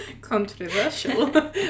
controversial